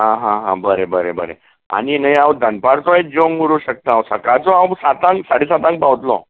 आ हा हा बरें बरें बरें आनी न्हय हांव दनपारचोय जेवंक उरूंक शकता सकाळचो हांव सातांक साडे सातांक पावतलों